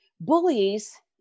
bullies